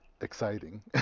Exciting